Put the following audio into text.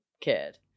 kid